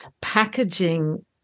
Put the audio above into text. packaging